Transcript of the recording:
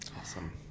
Awesome